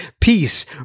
Peace